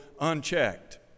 unchecked